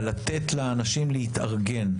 אבל לתת לאנשים להתארגן.